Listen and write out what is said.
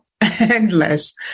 Endless